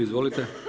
Izvolite.